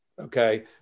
okay